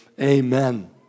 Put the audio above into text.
Amen